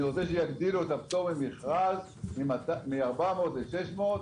אני רוצה שיגדילו את הפטור ממכרז מ-400 ל-600,